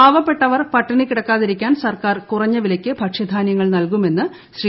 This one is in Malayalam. പാവപ്പെട്ടവർ പട്ടിണി കിടക്കാതിരിക്കാൻ സർക്കാർ കുറഞ്ഞ വിലയ്ക്ക് ഭക്ഷൃധാനൃങ്ങൾ നൽകുമെന്ന് ശ്രീ